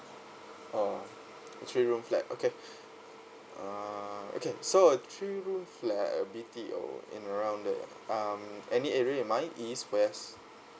oh three room flat okay err okay so a three room flat a B_T_O and around there um any area mind east west